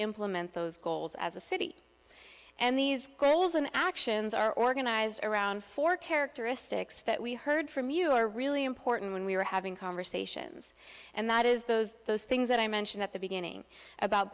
implement those goals as a city and these goals and actions are organized around four characteristics that we heard from you are really important when we are having conversations and that is those those things that i mentioned at the beginning about